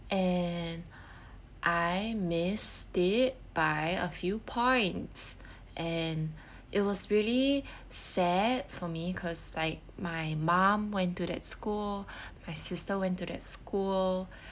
and I missed it by a few points and it was really sad for me cause like my mum went to that school my sister went to that school